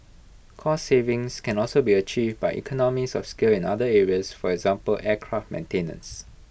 cost savings can also be achieved by economies of scale in other areas for example aircraft maintenance